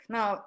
now